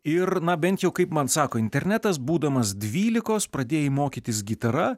ir na bent jau kaip man sako internetas būdamas dvylikos pradėjai mokytis gitara